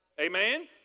Amen